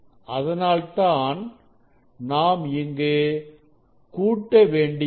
அதனால்தான் நாம் இங்கு கூட்ட வேண்டியுள்ளது